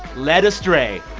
led astray.